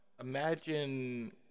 imagine